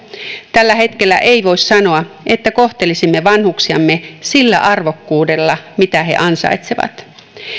tällä hetkellä ei voi sanoa että kohtelisimme vanhuksiamme sillä arvokkuudella mitä he ansaitsevat